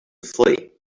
flee